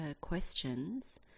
questions